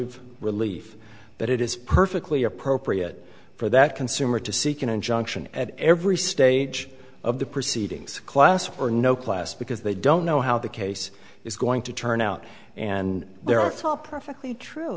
e relief that it is perfectly appropriate for that consumer to seek an injunction at every stage of the proceedings class or no class because they don't know how the case is going to turn out and there are tall perfectly true